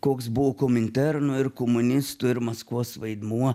koks buvo kominterno ir komunistų ir maskvos vaidmuo